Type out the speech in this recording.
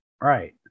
Right